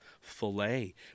filet